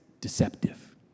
deceptive